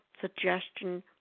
suggestion